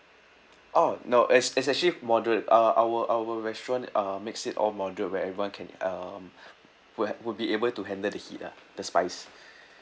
oh no it's it's actually moderate uh our our restaurant uh makes it all moderate where everyone can um would have would be able to handle the heat ah the spice